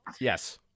Yes